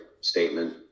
statement